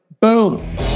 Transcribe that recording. Boom